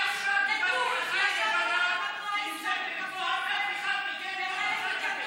זו צביעות.